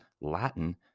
Latin